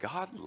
God